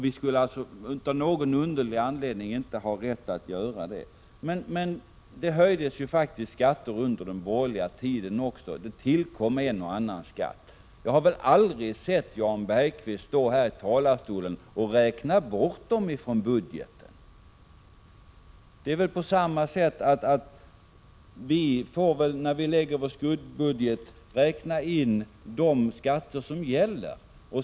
Vi skulle av någon underlig anledning inte ha rätt att göra det. Men det höjdes ju faktiskt skatter också under den borgerliga tiden, och det tillkom en och annan skatt. Jag har aldrig hört Jan Bergqvist från denna talarstol räkna bort dem från budgeten. Vi får på samma sätt när vi lägger fram vår skuggbudget räkna med de skatter som gäller.